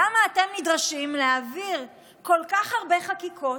למה אתם נדרשים להעביר כל כך הרבה חקיקות,